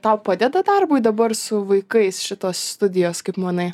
tau padeda darbui dabar su vaikais šitos studijos kaip manai